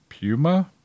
Puma